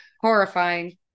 Horrifying